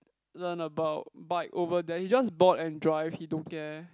learn about bike over there he just bought and drive he don't care